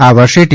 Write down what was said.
આ વર્ષે ટી